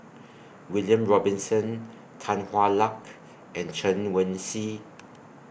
William Robinson Tan Hwa Luck and Chen Wen Hsi